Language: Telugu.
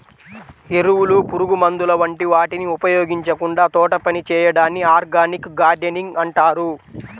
ఎరువులు, పురుగుమందుల వంటి వాటిని ఉపయోగించకుండా తోటపని చేయడాన్ని ఆర్గానిక్ గార్డెనింగ్ అంటారు